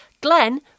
Glenn